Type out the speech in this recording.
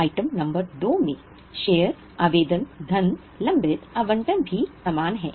item number 2 में share आवेदन धन लंबित आवंटन भी समान है